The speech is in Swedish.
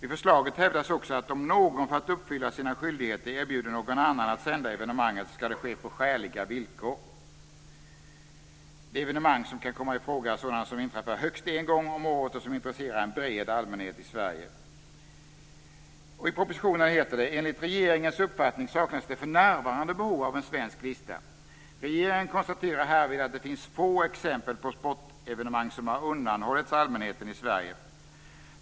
I förslaget hävdas också att om någon för att uppfylla sina skyldigheter erbjuder någon annan att sända evenemanget skall det ske på skäliga villkor. De evenemang som kan komma i fråga är sådana som inträffar högst en gång om året och som intresserar en bred allmänhet i Sverige. I propositionen heter det: Enligt regeringens uppfattning saknas det för närvarande behov av en svensk lista. Regeringen konstaterar härvid att det finns få exempel på sportevenemang som har undanhållits allmänheten i Sverige.